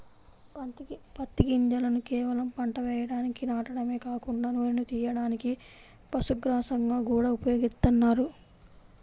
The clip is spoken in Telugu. పత్తి గింజలను కేవలం పంట వేయడానికి నాటడమే కాకుండా నూనెను తియ్యడానికి, పశుగ్రాసంగా గూడా ఉపయోగిత్తన్నారు